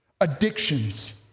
addictions